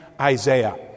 Isaiah